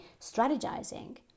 strategizing